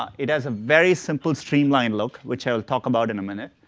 it has a very simple, streamlined look which i'll talk about in a minute.